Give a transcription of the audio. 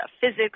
physics